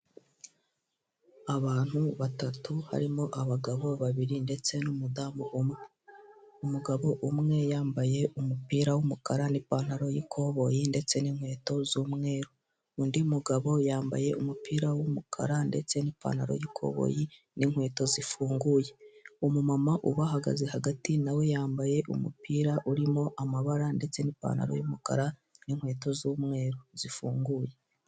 Abantu batatu harimo abagabo babiri ndetse n'umudamu umwe, umugabo umwe yambaye umupira w'umukara n'ipantaro y'ikoboyi ndetse n'inkweto z'umweru, undi mugabo yambaye umupira w'umukara ndetse n'ipantaro y'ikoboyi n'inkweto zifunguye, umumama ubahagaze hagati nawe yambaye umupira urimo amabara ndetse n'ipantaro y'umukara n'inkweto z'umweru zifunguye.